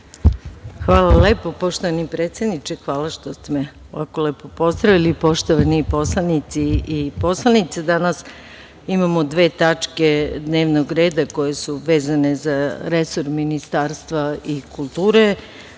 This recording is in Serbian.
Hvala lepo. Poštovani predsedniče, hvala što ste me ovako lepo pozdravili. Poštovani poslanici i poslanice, danas imamo dve tačke dnevnog reda koje su vezane za resor ministarstva i kulture,